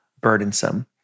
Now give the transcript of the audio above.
burdensome